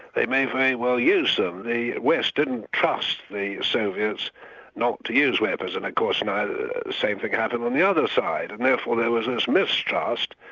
they may very well use them. the west didn't trust the soviets not to use weapons, and of course and the same thing happened on the other side, and therefore there was this mistrust,